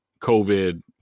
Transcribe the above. COVID